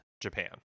japan